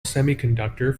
semiconductor